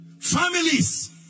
Families